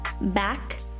back